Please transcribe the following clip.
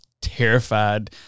terrified